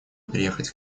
приехать